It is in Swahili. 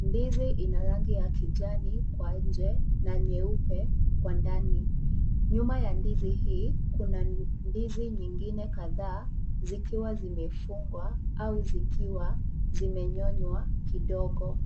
Ndizi ina rangi ya kijani kwa nje na nyeupe kwa ndani. Nyuma ya ndizi hii kuna ndizi nyingine kadhaa zikiwa zimefungwa au zikiwa zimenyonywa kidogo.